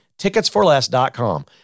ticketsforless.com